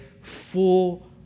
full